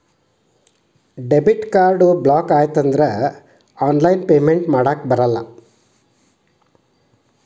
debit card block ಆಯ್ತಂದ್ರ online payment ಮಾಡಾಕಬರಲ್ಲ